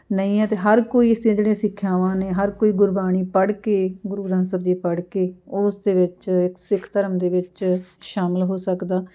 ਨਹੀਂ ਹੈ ਅਤੇ ਹਰ ਕੋਈ ਇਸ ਦੀਆਂ ਜਿਹੜੀਆਂ ਸਿੱਖਿਆਵਾਂ ਨੇ ਹਰ ਕੋਈ ਗੁਰਬਾਣੀ ਪੜ੍ਹ ਕੇ ਗੁਰੂ ਗ੍ਰੰਥ ਸਾਹਿਬ ਜੀ ਪੜ੍ਹ ਕੇ ਉਸ ਦੇ ਵਿੱਚ ਇੱਕ ਸਿੱਖ ਧਰਮ ਦੇ ਵਿੱਚ ਸ਼ਾਮਿਲ ਹੋ ਸਕਦਾ